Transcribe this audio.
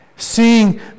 seeing